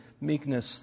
meekness